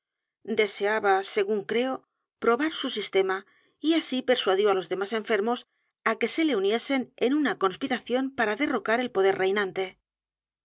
deseaba según creo probar su sistema y así persuadió á los demás enfermos á que se le uniesen en una conspiración para derrocar el poder reinante